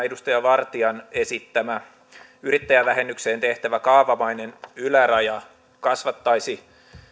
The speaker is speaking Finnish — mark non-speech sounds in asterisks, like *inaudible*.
*unintelligible* edustaja vartian esittämä yrittäjävähennykseen tehtävä kaavamainen yläraja kasvattaisi